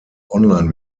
online